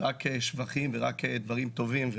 אני שומע רק שבחים ורק דברים טובים,